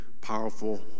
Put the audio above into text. powerful